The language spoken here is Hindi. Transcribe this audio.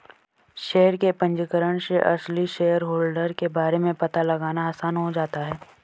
शेयर के पंजीकरण से असली शेयरहोल्डर के बारे में पता लगाना आसान हो जाता है